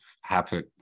happen